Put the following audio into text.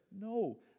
No